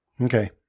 Okay